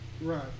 Right